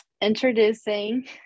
introducing